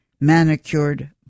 manicured